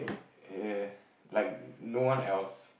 eh like no one else